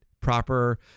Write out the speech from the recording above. proper